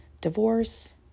divorce